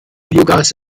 biogas